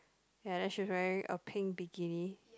ya then she's wearing a pink bikini